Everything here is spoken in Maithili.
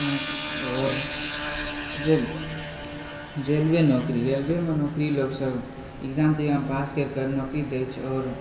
जेनाकि आओर रेल रेलवे नौकरी रेलवेमे नौकरी लोकसभ एक्जाम तिक्जाम पास करिके नौकरी दैत छै आओर